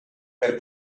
per